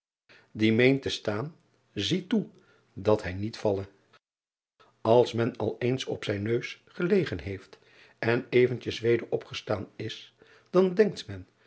te staan zie toe dat hij niet valle ls men al eens op zijn neus gelegen heeft en eventjes weder opgestaan is dan denkt men